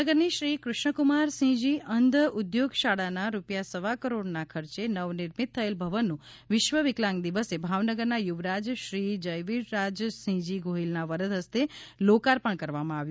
ભાવનગરની શ્રી કૃષ્ણકુમારસિંહજી અંધ ઉદ્યોગ શાળાનાં રૂપિયા સવા કરોડનાં ખર્ચે નવનિર્મિત થયેલ ભવનનું વિશ્વ વિકલાંગ દિવસે ભાવનગરના યુવરાજ શ્રી જયવિરરાજસિંહજી ગોહિલનાં વરદ હસ્તે લોકાર્પણ કરવામાં આવ્યું